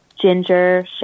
ginger